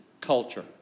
culture